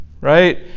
right